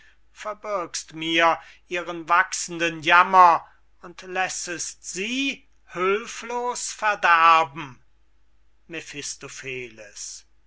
verbirgst mir ihren wachsenden jammer und lässest sie hülflos verderben